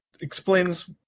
explains